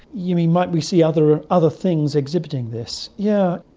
you mean might we see other other things exhibiting this? yeah